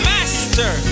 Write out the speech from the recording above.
Master